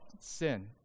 Sin